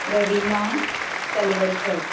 Ravina Talwadkar